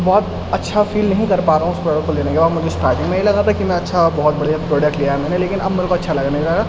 بہت اچھا فیل نہیں کر پا رہا ہوں اس پروڈکٹ کو لینے کے بعد مجھے اسٹارٹنگ میں ہی لگا تھا کہ میں اچھا بہت بڑھیا پروڈکٹ لیا ہے میں نے لیکن اب میرے کو اچھا لگ نہیں رہا